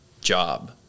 job